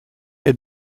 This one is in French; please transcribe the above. est